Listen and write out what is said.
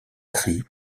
cri